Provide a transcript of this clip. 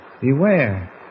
Beware